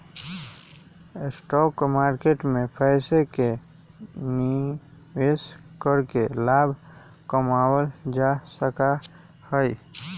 stock market में पैसे के निवेश करके लाभ कमावल जा सका हई